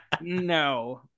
No